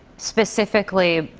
specifically,